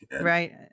Right